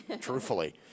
truthfully